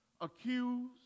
accused